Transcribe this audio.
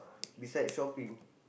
besides shopping